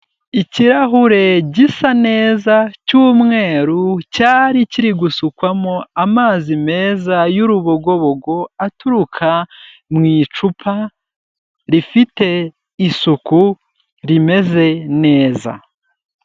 Ikirahure gisa neza cy'umweru cyari kiri gusukwamo amazi meza y'urubogobogo, aturuka mu icupa rifite isuku, rimeze neza.